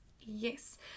Yes